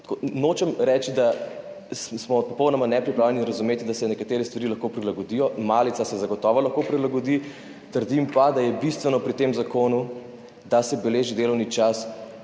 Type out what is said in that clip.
Nočem reči, da smo popolnoma nepripravljeni razumeti, da se nekatere stvari lahko prilagodijo. Malica se zagotovo lahko prilagodi, trdim pa, da je bistveno pri tem zakonu, da se beleži delovni čas